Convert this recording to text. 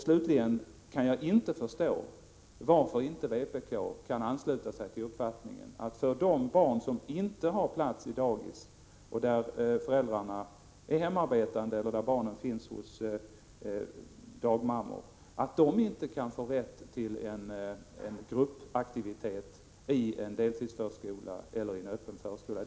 Slutligen kan jag inte förstå varför vpk inte vill ansluta sig till uppfattningen att de barn som inte har plats på daghem, finns hos dagmammor eller vilkas föräldrar är hemarbetande inte kan få rätt till en gruppaktivitet i en deltidsförskola eller en öppen förskola.